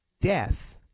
death